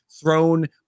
thrown